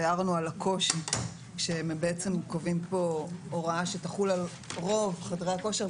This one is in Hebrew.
והערנו על הקושי שבעצם קובעים פה הוראה שתחול על רוב חדרי הכושר,